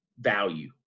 value